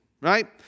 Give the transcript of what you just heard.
right